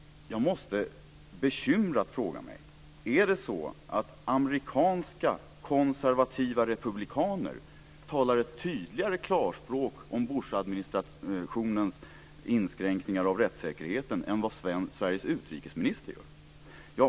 Jag måste bekymrat fråga mig: Är det så att amerikanska konservativa republikaner talar ett tydligare klarspråk om Bushadministrationens inskränkningar och rättssäkerheten än vad Sveriges utrikesminister gör?